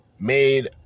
Made